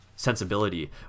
sensibility